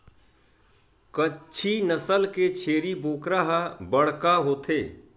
कच्छी नसल के छेरी बोकरा ह बड़का होथे